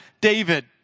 David